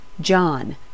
John